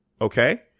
Okay